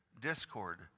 discord